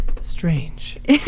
Strange